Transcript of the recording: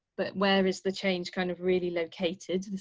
but where is the change kind of really located.